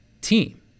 team